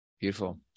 Beautiful